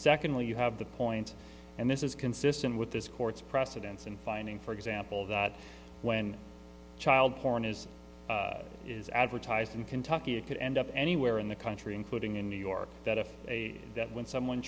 secondly you have the point and this is consistent with this court's precedents and finding for example that when child porn is is advertised in kentucky it could end up anywhere in the country including in new york that if a that when someone